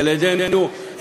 ילדינו,